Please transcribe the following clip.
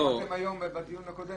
איך אמרתם היום בדיון הקודם?